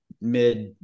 mid